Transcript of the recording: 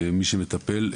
מי שמטפל.